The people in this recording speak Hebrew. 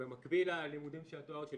במקביל ללימודי התואר שלי,